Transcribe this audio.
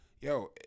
yo